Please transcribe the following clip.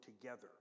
together